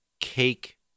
cake